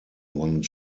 one